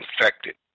infected